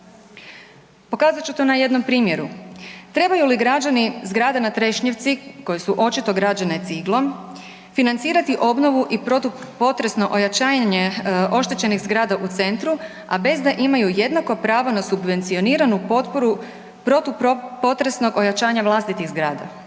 Pokazat ću to na jednom primjeru. Trebaju li građani zgrada na Trešnjevci koji su očito građene ciglom, financirati obnovu i produkt potresno ojačanja oštećenih zgrada u centru a bez da imaju jednako pravo na subvencioniranu potporu protupotresnog ojačanja vlastitih zgrada?